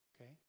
Okay